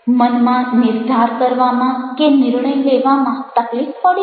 મનમાં નિર્ધાર કરવામાં કે નિર્ણય લેવામાં તકલીફ પડે છે